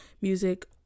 music